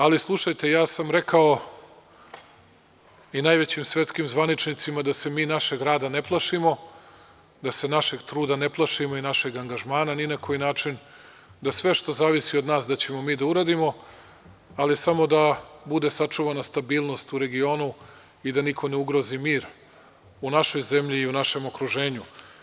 Ali, slušajte, ja sam rekao i najvećim svetskim zvaničnicima da se mi našeg rada ne plašimo, da se našeg truda ne plašimo i našeg angažmana ni na koji način, da sve što zavisi od nas da ćemo mi da uradimo, ali samo da bude sačuvana stabilnost u regionu i da niko ne ugrozi mir u našoj zemlji i u našem okruženju.